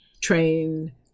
train